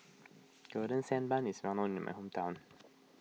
Golden Sand Bun is well known in my hometown